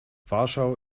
warschau